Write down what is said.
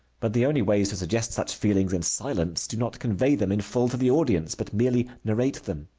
but the only ways to suggest such feelings in silence, do not convey them in full to the audience, but merely narrate them.